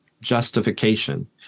justification